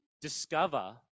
discover